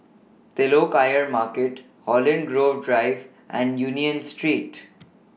Telok Ayer Market Holland Grove Drive and Union Street